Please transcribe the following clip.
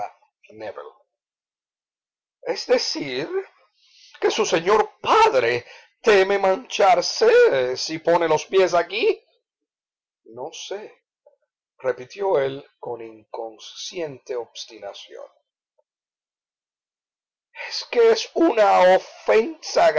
es decir que su señor padre teme mancharse si pone los pies aquí no sé repitió él con inconsciente obstinación es que es una ofensa